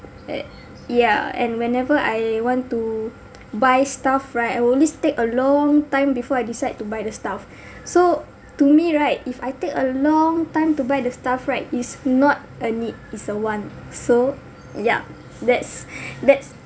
at yeah and whenever I want to buy stuff right I'll always take a long time before I decide to buy the stuff so to me right if I take a long time to buy the stuff right it's not a need it's a want so yeah that's that's